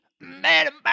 madam